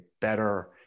better